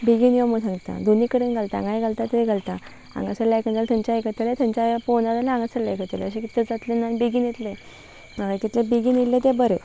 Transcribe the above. बेगीन योू सांगता दोनी कडेन घालता हांगाय घालता तेंय घालता हांगासल्यक जाल्या थंयतलेथंय पोवना जाल्या हांगासरयंयतले अश कितलें जातले ना बेीन येतलेंळ्या कले बेीन येयले तें बरें